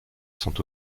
sont